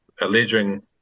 alleging